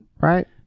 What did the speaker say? Right